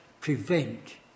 prevent